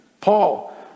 Paul